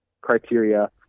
criteria